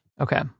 Okay